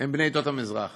מעדות המזרח